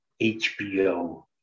HBO